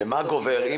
מה גובר על